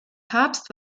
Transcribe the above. papst